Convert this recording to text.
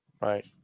right